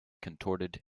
contorted